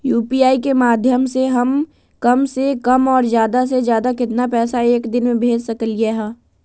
UPI के माध्यम से हम कम से कम और ज्यादा से ज्यादा केतना पैसा एक दिन में भेज सकलियै ह?